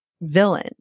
villain